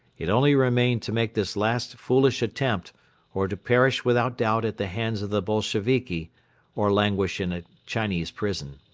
it only remained to make this last foolish attempt or to perish without doubt at the hands of the boisheviki or languish in a chinese prison.